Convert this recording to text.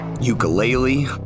ukulele